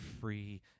free